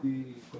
יכול